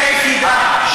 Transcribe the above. האמת היחידה.